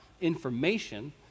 information